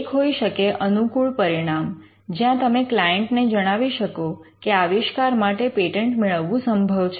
એક હોઈ શકે અનુકૂળ પરિણામ જ્યાં તમે ક્લાયન્ટને જણાવી શકો કે આવિષ્કાર માટે પેટન્ટ મેળવવું સંભવ છે